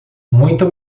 muito